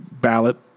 ballot